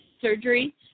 surgery